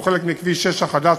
שהוא חלק מכביש 6 החדש,